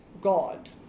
God